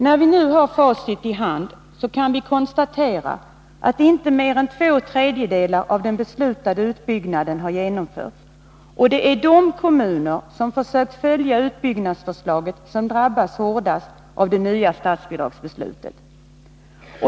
När vi nu har facit i hand kan vi konstatera att inte mer än två tredjedelar av den beslutade utbyggnaden har genomförts, och det är de kommuner som försökt följa utbyggnadsbeslutet som drabbas hårdast av det nya statsbidragsbeslutet.